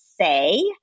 say